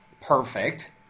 perfect